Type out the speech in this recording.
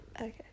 Okay